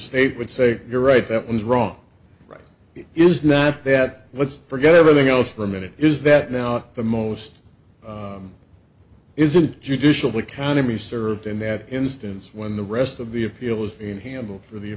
state would say you're right that was wrong right it is not that let's forget everything else for a minute is that now the most is a judicial economy served in that instance when the rest of the appeal was in handle for the